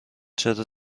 چرا